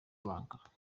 lanka